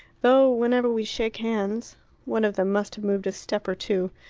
though whenever we shake hands one of them must have moved a step or two,